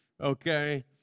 Okay